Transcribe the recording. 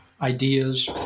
ideas